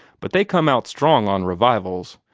but they come out strong on revivals.